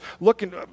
looking